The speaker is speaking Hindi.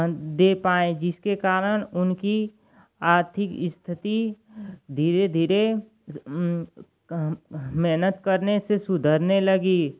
दे पाएँ जिसके कारण उनकी आर्थिक स्थिति धीरे धीरे मेहनत करने से सुधरने लगी